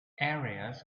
areas